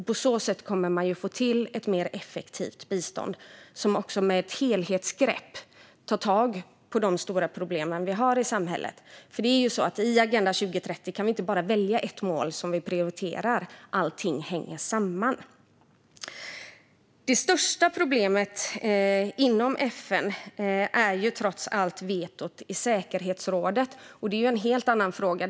På så sätt kommer man att få till ett mer effektivt bistånd, där man med ett helhetsgrepp tar tag i de stora problem vi har i samhället. I Agenda 2030 kan vi ju inte välja bara ett mål som vi prioriterar. Allting hänger samman. Det största problemet inom FN är trots allt vetot i säkerhetsrådet, och det är en helt annan fråga.